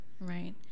Right